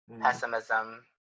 pessimism